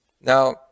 now